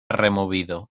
removido